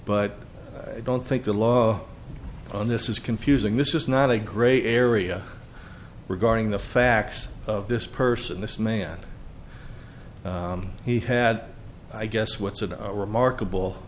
but i don't think the law on this is confusing this is not a gray area regarding the facts of this person this man he had i guess what's a remarkable